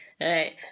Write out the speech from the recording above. Right